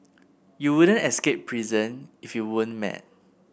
you wouldn't escape prison if you weren't mad